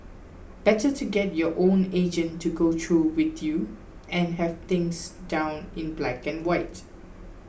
better to get your own agent to go through with you and have things down in black and white